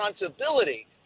responsibility